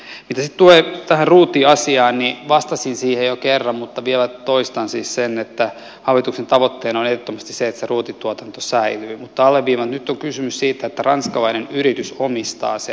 mitä sitten tulee tähän ruutiasiaan niin vastasin siihen jo kerran mutta vielä toistan siis sen että hallituksen tavoitteena on ehdottomasti se että ruutituotanto säilyy mutta alleviivaan että nyt on kysymys siitä että ranskalainen yritys omistaa sen